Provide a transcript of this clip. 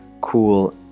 cool